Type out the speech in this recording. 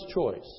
choice